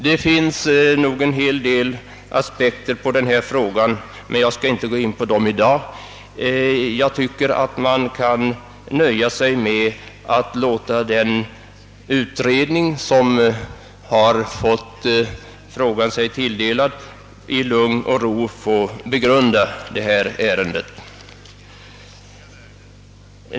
Det finns en hel del aspekter på denna fråga, men jag skall inte gå in på dem i dag; jag tycker nog att man kan nöja sig med att låta den utredning, som fått frågan sig tilldelad, i lugn och ro få begrunda ärendet.